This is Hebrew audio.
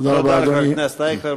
תודה לחבר הכנסת אייכלר.